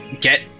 get